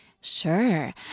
Sure